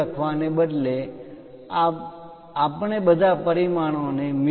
લખવાને બદલે આપણે બધા પરિમાણોને મી